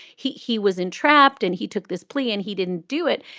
he he was entrapped and he took this plea and he didn't do it.